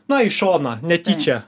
na į šoną netyčia